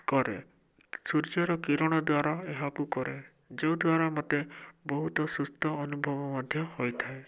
କରେ ସୂର୍ଯ୍ୟର କିରଣ ଦ୍ଵାରା ଏହାକୁ କରେ ଯେଉଁ ଦ୍ଵାରା ମୋତେ ବହୁତ ସୁସ୍ଥ ଅନୁଭବ ମଧ୍ୟ ହୋଇଥାଏ